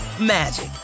magic